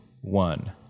one